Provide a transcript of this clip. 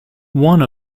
one